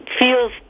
feels